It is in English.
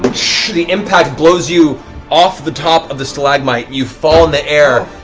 the impact blows you off the top of the stalagmite. you fall in the air,